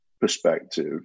perspective